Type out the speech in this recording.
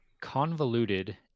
convoluted